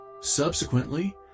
Subsequently